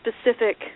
specific